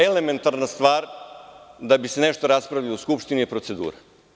Elementarna stvar da bi se nešto raspravilo u Skupštini je procedura.